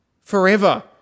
forever